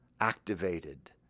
activated